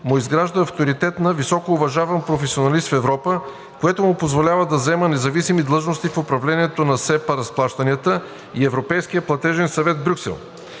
му изгражда авторитет на високоуважаван професионалист в Европа, което му позволява да заема независими длъжности в управлението на СЕПА разплащанията в Европейския платежен съвет в Брюксел.